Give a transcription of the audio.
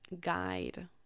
guide